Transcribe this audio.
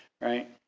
right